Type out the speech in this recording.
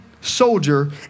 soldier